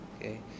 okay